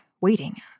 waiting